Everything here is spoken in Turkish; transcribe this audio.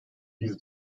biz